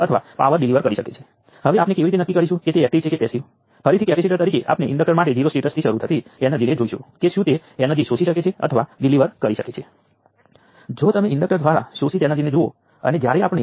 તેથી સામાન્ય રીતે જ્યારે આપણી પાસે સર્કિટ હશે ત્યારે આપણી પાસે અમુક સંખ્યામાં નોડ્સ અને અમુક સંખ્યામાં શાખાઓ હશે